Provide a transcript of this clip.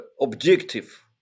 objective